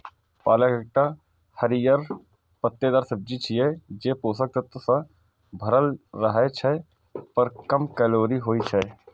पालक एकटा हरियर पत्तेदार सब्जी छियै, जे पोषक तत्व सं भरल रहै छै, पर कम कैलोरी होइ छै